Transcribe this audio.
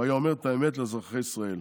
הוא היה אומר את האמת לאזרחי ישראל.